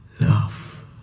love